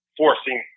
forcing